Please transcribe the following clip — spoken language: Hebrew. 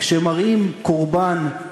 כשמראים קורבן,